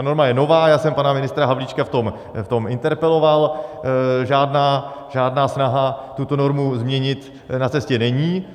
Norma je nová, já jsem pana ministra Havlíčka v tom interpeloval, žádná snaha tuto normu změnit na cestě není.